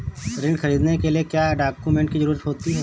ऋण ख़रीदने के लिए क्या क्या डॉक्यूमेंट की ज़रुरत होती है?